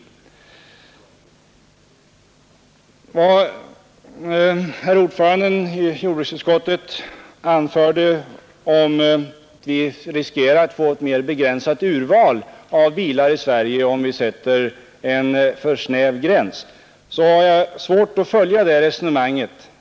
Herr ordföranden i jordbruksutskottet talade vidare om risken för att vi får ett mera begränsat urval av bilar i Sverige, om vi går för hårt fram. Jag har svårt att följa det resonemanget.